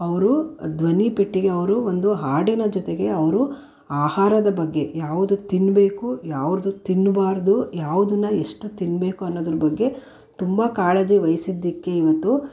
ಅವರು ಧ್ವನಿಪೆಟ್ಟಿಗೆ ಅವರು ಒಂದು ಹಾಡಿನ ಜೊತೆಗೆ ಅವರು ಆಹಾರದ ಬಗ್ಗೆ ಯಾವುದು ತಿನ್ನಬೇಕು ಯಾವುದು ತಿನ್ನಬಾರ್ದು ಯಾವುದನ್ನು ಎಷ್ಟು ತಿನ್ನಬೇಕು ಅನ್ನೋದರ ಬಗ್ಗೆ ತುಂಬ ಕಾಳಜಿ ವಹಿಸಿದ್ದಕ್ಕೆ ಇವತ್ತು